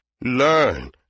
Learn